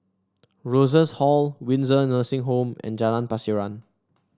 Rosas Hall Windsor Nursing Home and Jalan Pasiran